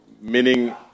meaning